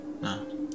no